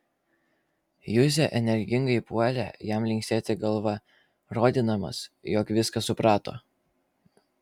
juzė energingai puolė jam linksėti galva rodydamas jog viską suprato